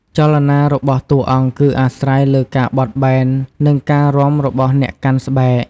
ចលនារបស់តួអង្គគឺអាស្រ័យលើការបត់បែន និងការរាំរបស់អ្នកកាន់ស្បែក។